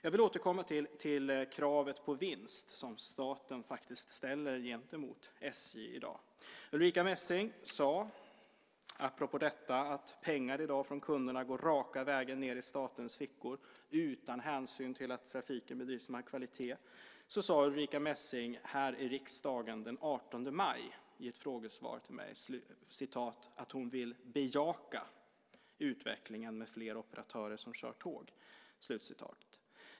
Jag vill återkomma till kravet på vinst som staten faktiskt ställer gentemot SJ i dag. Apropå detta att pengarna från kunderna i dag går raka vägen ned i statens fickor utan hänsyn till att trafiken ska bedrivas med kvalitet, sade Ulrica Messing den 18 maj i ett frågesvar till mig här i riksdagen att hon vill bejaka utvecklingen med fler operatörer som kör tåg.